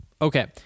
Okay